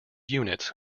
units